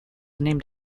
named